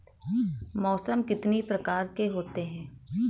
मौसम कितनी प्रकार के होते हैं?